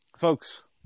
Folks